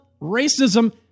racism